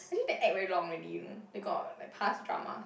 actually they act very long already you know they got like past drama